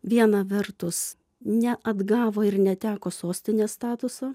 viena vertus neatgavo ir neteko sostinės statuso